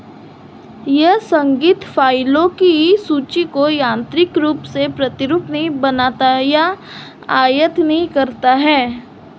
यह संगीत फ़ाइलों की सूची को यांत्रिक रूप से प्रतिरूप नहीं बनाता है यह आयत नहीं करता है